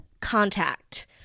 contact